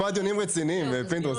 פה הדיונים רציניים, פינדרוס.